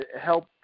help